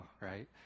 right